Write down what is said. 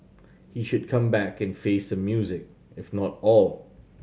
he should come back and face some music if not all